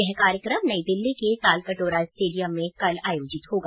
यह कार्यक्रम नई दिल्ली के तालकटोरा स्टेडियम में कल आयोजित होगा